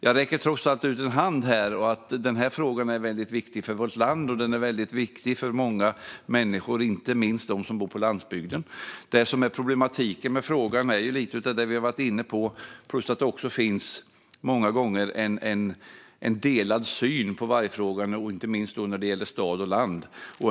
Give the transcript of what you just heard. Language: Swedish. Jag sträcker trots allt ut en hand här, för denna fråga är väldigt viktig för vårt land och för många människor, inte minst de som bor på landsbygden. Det som är problematiken med frågan är lite av det som vi har varit inne på plus att det många gånger också finns en delad syn på vargfrågan, inte minst när det gäller stad och land.